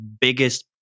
biggest